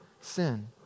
sin